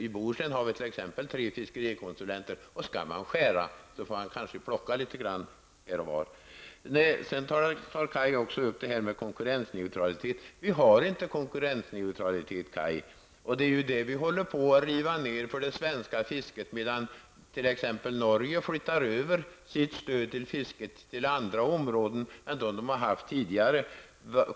I Bohus län har vi exempelvis tre fiskerikonsulter. Skall man börja skära ned skall man kanske plocka litet här och var. Sedan tar Kaj Larsson upp det här med konkurrensneutralitet. Vi har inte konkurrensneutralitet, Kaj Larsson. Vi håller på att riva ner det svenska fisket, medan man t.ex. i Norge flyttar över stödet till fisket till andra områden än dem som man har haft tidigare.